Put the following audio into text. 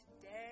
today